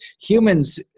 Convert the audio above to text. Humans